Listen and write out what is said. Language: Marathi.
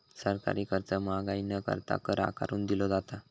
सरकारी खर्च महागाई न करता, कर आकारून दिलो जाता